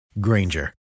Granger